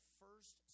first